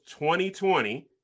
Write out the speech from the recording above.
2020